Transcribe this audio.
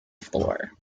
floor